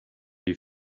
you